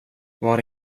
var